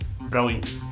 brilliant